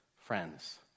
friends